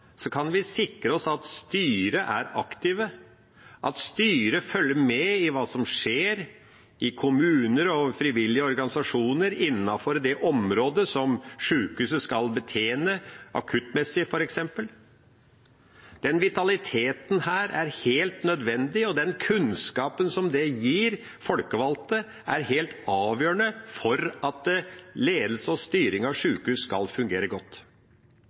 kan vi sikre oss at styret er aktivt og følger med på hva som skjer i kommuner og frivillige organisasjoner innenfor det området sjukehuset skal betjene – akuttmedisin, f.eks. Denne vitaliteten er helt nødvendig, og den kunnskapen som det gir folkevalgte, er helt avgjørende for at ledelse og styring av sjukehus skal fungere godt.